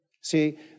See